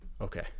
Okay